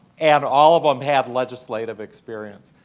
and all of them had legislative experience.